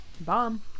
Bomb